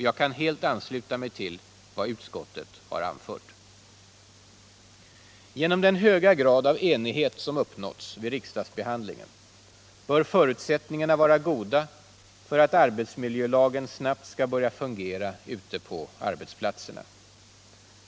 Jag kan helt ansluta mig till vad utskottet anför. Genom den höga grad av enighet som har uppnåtts vid riksdagsbehandlingen bör förutsättningarna vara goda för att arbetsmiljölagen snabbt skall börja fungera ute på arbetsplatserna.